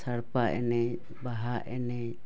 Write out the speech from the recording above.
ᱥᱟᱲᱯᱟ ᱮᱱᱮᱡ ᱵᱟᱦᱟ ᱮᱱᱮᱡ